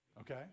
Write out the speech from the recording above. Okay